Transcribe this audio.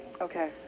Okay